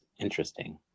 interesting